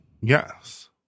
yes